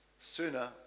sooner